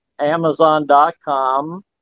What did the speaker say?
Amazon.com